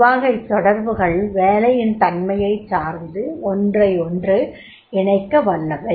பொதுவாக இத்தொடர்புகள் வேலையின் தன்மையைச் சார்ந்து ஒன்றையொன்று இணைக்கவல்லவை